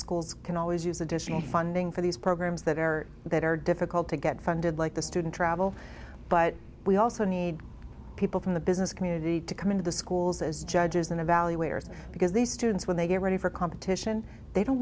schools can always use additional funding for these programs that are that are difficult to get funded like the student travel but we also need people from the business community to come into the schools as judges and evaluators because these students when they get ready for competition they don't